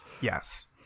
Yes